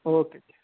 okay जी